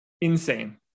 insane